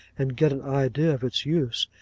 and get an idea of its use,